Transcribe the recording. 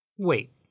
Wait